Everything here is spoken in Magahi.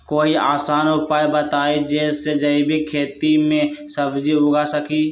कोई आसान उपाय बताइ जे से जैविक खेती में सब्जी उगा सकीं?